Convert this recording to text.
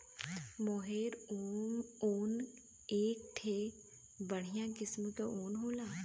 मोहेर ऊन एक ठे बढ़िया किस्म के ऊन होला